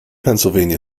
pennsylvania